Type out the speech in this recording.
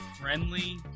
friendly